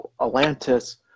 Atlantis